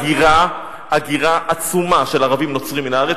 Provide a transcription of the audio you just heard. הגירה עצומה של ערבים נוצרים מן הארץ,